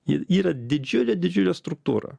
ji yra didžiulė didžiulė struktūra